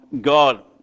God